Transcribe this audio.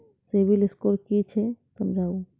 Civil score कि छियै समझाऊ?